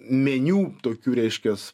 meniu tokių reiškias